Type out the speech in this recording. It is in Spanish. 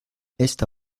esta